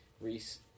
Reese